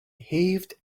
heaved